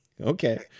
Okay